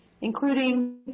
including